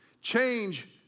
Change